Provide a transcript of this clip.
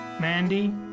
Mandy